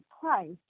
price